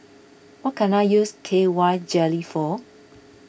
what can I use K Y jelly for